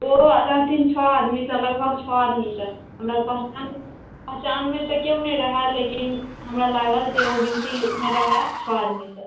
ओ रहथिन छओ आदमीसँ लगभग छओ आदमीसँ हमर पहचान पहचानमे तऽ केओ नहि रहैया लेकिन हमरा लागल जे ओ गिनतीमे रहैत छओ आदमीसँ